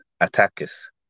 attackers